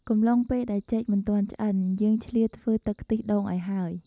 កំឡុងពេលដែលចេកមិនទាន់ឆ្អិន យើងឆ្លៀតធ្វើទឹកខ្ទិះដូងឱ្យហើយ។